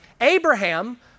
Abraham